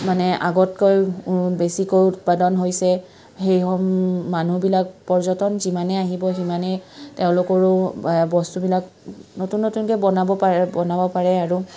মানে আগতকৈ বেছিকৈ উৎপাদন হৈছে মানুহবিলাক পৰ্যটন যিমানেই আহিব সিমানেই তেওঁলোকৰো বস্তুবিলাক নতুন নতুনকে বনাব পাৰে বনাব পাৰে আৰু